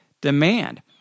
demand